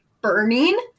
burning